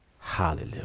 Hallelujah